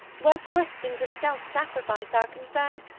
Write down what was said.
where questions of self-sacrifice are concerned,